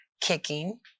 kicking